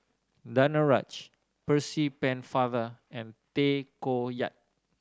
Danaraj Percy Pennefather and Tay Koh Yat